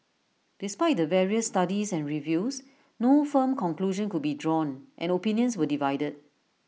despite the various studies and reviews no firm conclusion could be drawn and opinions were divided